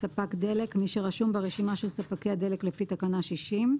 "ספק דלק" מי שרשום ברשימה של ספקי הדלק לפי תקנה 60,